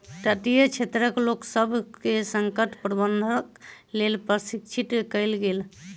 तटीय क्षेत्रक लोकसभ के संकट प्रबंधनक लेल प्रशिक्षित कयल गेल